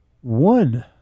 one